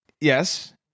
Yes